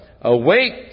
awake